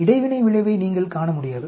இடைவினை விளைவை நீங்கள் காண முடியாது